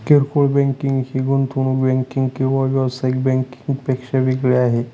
किरकोळ बँकिंग ही गुंतवणूक बँकिंग किंवा व्यावसायिक बँकिंग पेक्षा वेगळी आहे